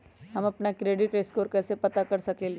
हम अपन credit score कैसे पता कर सकेली?